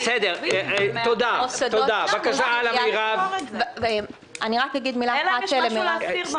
אלא אם יש משהו להסתיר.